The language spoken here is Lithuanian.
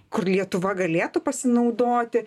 kur lietuva galėtų pasinaudoti